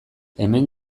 hemen